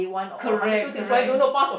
correct correct